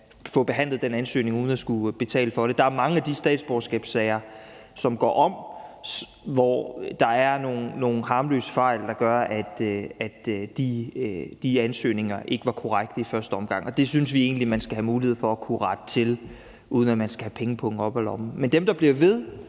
få behandlet den ansøgning uden at skulle betale for det. Der er mange af de statsborgerskabssager, som går om, hvor der er nogle harmløse fejl, der gør, at de ansøgninger ikke var korrekte i første omgang, og det synes vi egentlig man skal have mulighed for at kunne rette til, uden at man skal have pengepungen op af lommen. Men i forhold til dem,